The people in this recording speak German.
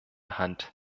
hand